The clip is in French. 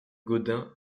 gaudin